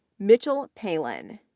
mitchell palin,